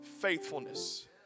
faithfulness